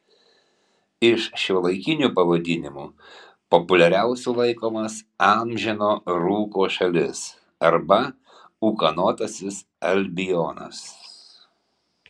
iš šiuolaikinių pavadinimų populiariausiu laikomas amžino rūko šalis arba ūkanotasis albionas